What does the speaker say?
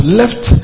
left